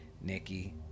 nikki